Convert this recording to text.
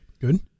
Good